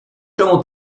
czemu